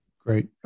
great